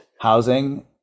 housing